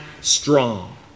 strong